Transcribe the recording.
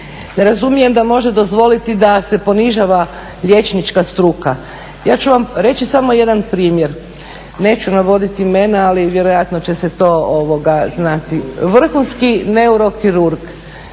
razumijem da može dozvoliti da se ponižava liječnička struka. Ja ću vam reći samo jedan primjer, neću navoditi imena ali vjerojatno će se to znati, vrhunski neurokirurg